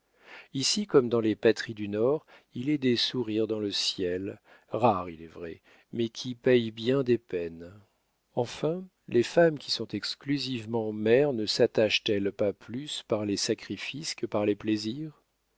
ici comme dans les patries du nord il est des sourires dans le ciel rares il est vrai mais qui paient bien des peines enfin les femmes qui sont exclusivement mères ne sattachent elles pas plus par les sacrifices que par les plaisirs